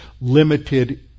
limited